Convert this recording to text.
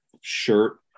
shirt